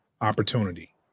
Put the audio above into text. opportunity